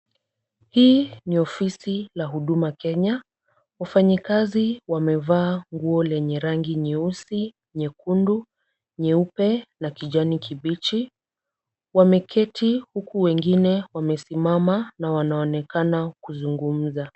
Hii ni ofisi la Huduma Kenya. Wafanyikazi wamevaa nguo lenye rangi nyeusi, nyekundu, nyeupe na kijani kibichi. Wameketi huku wengine wamesimama na wanaonekana kuzungumza.